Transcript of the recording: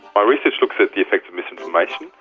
my research looks at the effects of misinformation,